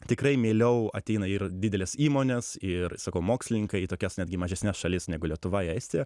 tikrai mieliau ateina ir didelės įmonės ir sakau mokslininkai į tokias netgi mažesnes šalis negu lietuva estija